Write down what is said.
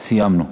סיימנו.